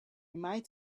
might